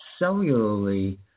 cellularly